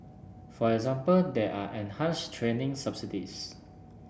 for example there are enhanced training subsidies